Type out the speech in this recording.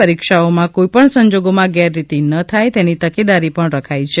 પરીક્ષાઓમાં કોઈપણ સંજોગોમાં ગેરરીતિ ન થાય તેની તકેદારી પણ રાખાઈ છે